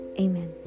Amen